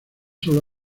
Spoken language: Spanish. solo